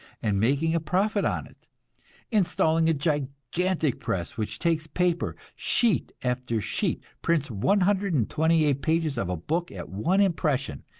and making a profit on it installing a gigantic press which takes paper, sheet after sheet, prints one hundred and twenty eight pages of a book at one impression,